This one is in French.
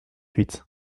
huit